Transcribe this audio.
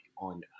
on